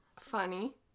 funny